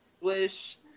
wish